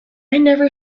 never